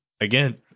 Again